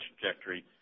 trajectory